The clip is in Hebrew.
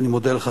ואני מודה לך,